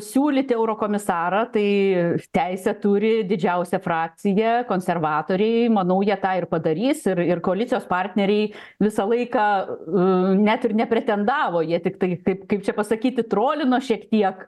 siūlyti eurokomisarą tai teisę turi didžiausia frakcija konservatoriai manau jie tą ir padarys ir ir koalicijos partneriai visą laiką net ir nepretendavo jie tiktai kaip kaip čia pasakyti trolino šiek tiek